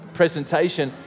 presentation